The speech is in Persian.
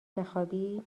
بخوابی